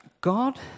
God